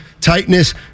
Tightness